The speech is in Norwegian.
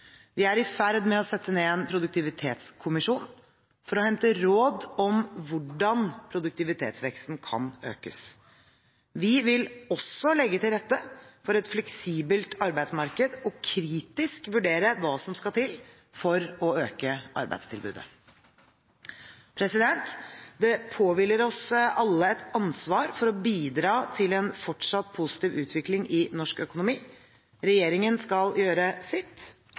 Vi er i ferd med å sette ned en produktivitetskommisjon for å hente råd om hvordan produktivitetsveksten kan økes. Vi vil også legge til rette for et fleksibelt arbeidsmarked og kritisk vurdere hva som skal til for å øke arbeidstilbudet. Det påhviler oss alle et ansvar for å bidra til en fortsatt positiv utvikling i norsk økonomi. Regjeringen skal gjøre sitt.